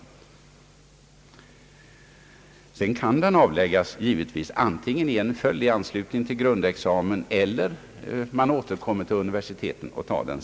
Man skall givetvis kunna avlägga denna mellanexamen antingen i en följd i anslutning till grundexamen eller också senare, när man återkommer till universitetet.